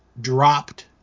dropped